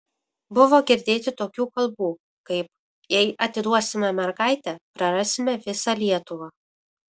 buvo girdėti tokių kalbų kaip jei atiduosime mergaitę prarasime visą lietuvą